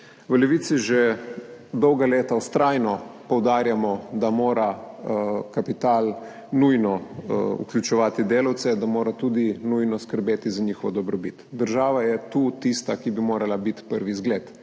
V Levici že dolga leta vztrajno poudarjamo, da mora kapital nujno vključevati delavce, da mora tudi nujno skrbeti za njihovo dobrobit. Država je tu tista, ki bi morala biti prvi zgled.